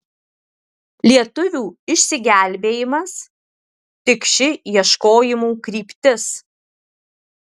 lietuvių išsigelbėjimas tik ši ieškojimų kryptis